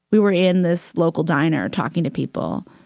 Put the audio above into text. we were in this local diner talking to people.